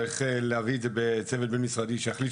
צריך להביא את זה בצוות בין משרדי שיחליט